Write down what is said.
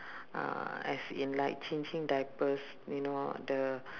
uh as in like changing diapers you know the